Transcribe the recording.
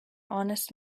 honest